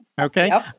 Okay